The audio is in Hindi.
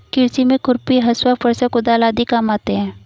कृषि में खुरपी, हँसुआ, फरसा, कुदाल आदि काम आते है